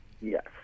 yes